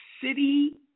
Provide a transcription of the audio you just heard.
City